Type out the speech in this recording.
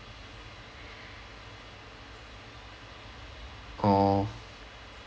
oh